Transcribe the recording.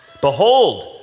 Behold